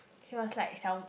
he was like 小